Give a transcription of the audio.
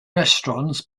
restaurants